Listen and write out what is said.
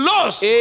Lost